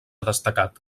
destacat